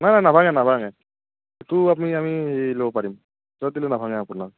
না না নাভাঙে নাভাঙে সেইটো আপুনি আমি হেৰি ল'ব পাৰিম নাভাঙে আপোনাৰ